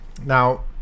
now